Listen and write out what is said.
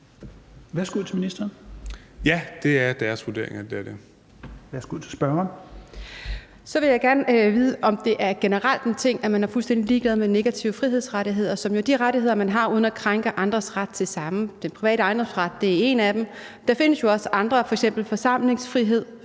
Værsgo til spørgeren. Kl. 16:35 Louise Schack Elholm (V): Så vil jeg gerne vide, om det generelt er en ting, at man er fuldstændig ligeglad med negative frihedsrettigheder, som jo er de rettigheder, man har uden at krænke andres ret til samme – den private ejendomsret er en af dem. Der findes jo også andre, f.eks. forsamlingsfriheden,